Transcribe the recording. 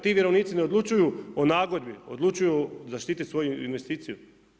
Ti vjerovnici ne odlučuju o nagodbi, odlučuju zaštititi svoju investiciju.